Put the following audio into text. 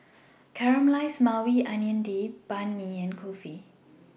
Caramelized Maui Onion Dip Banh MI and Kulfi